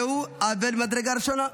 זהו עוול ממדרגה ראשונה.